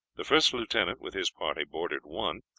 the first lieutenant with his party boarded one,